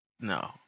No